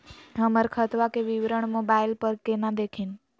हमर खतवा के विवरण मोबाईल पर केना देखिन?